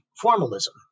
formalism